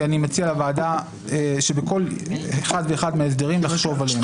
ואני מציע לוועדה בכל אחד ואחד מההסדרים לחשוב עליהם.